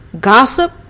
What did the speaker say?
gossip